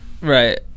right